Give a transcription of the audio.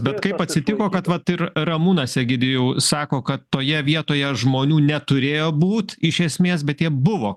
bet kaip atsitiko kad vat ir ramūnas egidijau sako kad toje vietoje žmonių neturėjo būt iš esmės bet jie buvo